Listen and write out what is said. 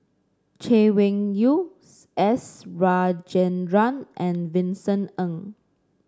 Chay Weng Yew S Rajendran and Vincent Ng